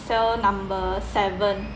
cell number seven